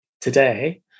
today